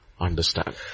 understand